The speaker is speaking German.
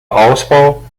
ausbau